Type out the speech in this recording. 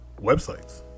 websites